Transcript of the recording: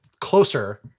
closer